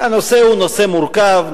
הנושא הוא נושא מורכב,